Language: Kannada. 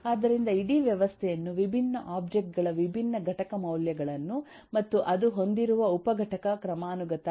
ಆದ್ದರಿಂದ ಇಡೀ ವ್ಯವಸ್ಥೆಯನ್ನು ವಿಭಿನ್ನ ಒಬ್ಜೆಕ್ಟ್ ಗಳ ವಿಭಿನ್ನ ಘಟಕ ಮೌಲ್ಯಗಳನ್ನು ಮತ್ತು ಅದು ಹೊಂದಿರುವ ಉಪ ಘಟಕ ಕ್ರಮಾನುಗತ ಏನು ಎಂದು ನೀವು ನೋಡಬಹುದು